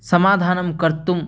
समाधानं कर्तुं